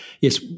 Yes